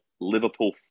Liverpool